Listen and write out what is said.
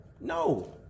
No